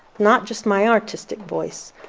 not just my artistic voice,